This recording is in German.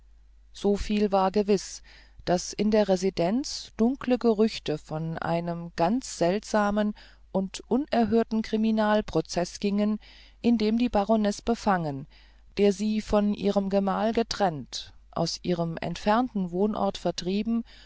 so viel war gewiß daß in der residenz dunkle gerüchte von einem ganz seltsamen und unerhörten kriminalprozeß gingen in dem die baronesse befangen der sie von ihrem gemahl getrennt aus ihrem entfernten wohnort vertrieben